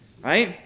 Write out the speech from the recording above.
right